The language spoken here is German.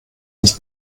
nicht